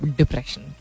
depression